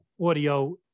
audio